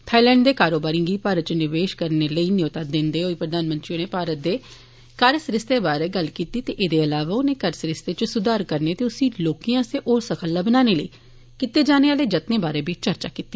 Thailand दे कारोबारिए गी भारत इच निवेश करने लेई न्यौता दिन्दे होई प्रधानमंत्री होरे भारत दे कर सरिस्ते बारै गल्ल कीती ते एहे अलावा उनें कर सरिस्तें इच सुधार करने ते उस्सी लोकें आस्तै होर सखल्ल बनाने लेई कीते जाने आले जत्ने बारै बी चर्चा कीती